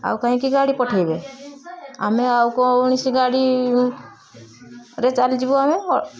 ଆଉ କାହିଁକି ଗାଡ଼ି ପଠେଇବେ ଆମେ ଆଉ କୌଣସି ଗାଡ଼ିରେ ଚାଲିଯିବୁ ଆମେ